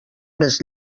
més